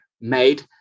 made